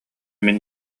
мин